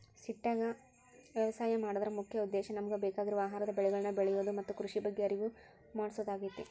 ಸಿಟ್ಯಾಗ ವ್ಯವಸಾಯ ಮಾಡೋದರ ಮುಖ್ಯ ಉದ್ದೇಶ ನಮಗ ಬೇಕಾಗಿರುವ ಆಹಾರದ ಬೆಳಿಗಳನ್ನ ಬೆಳಿಯೋದು ಮತ್ತ ಕೃಷಿ ಬಗ್ಗೆ ಅರಿವು ಮೂಡ್ಸೋದಾಗೇತಿ